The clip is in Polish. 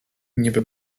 niby